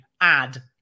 add